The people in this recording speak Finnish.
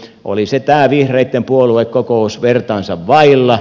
oli se tämä vihreitten puoluekokous vertaansa vailla